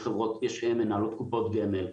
יש חברות שמנהלות קופות גמל.